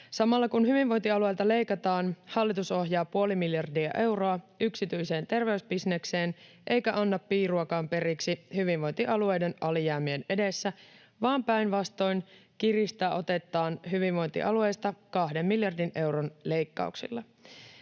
Samalla kun hyvinvointialueilta leikataan, hallitus ohjaa puoli miljardia euroa yksityiseen terveysbisnekseen eikä anna piiruakaan periksi hyvinvointialueiden alijäämien edessä, vaan päinvastoin kiristää otettaan hyvinvointialueista kahden miljardin euron leikkauksilla.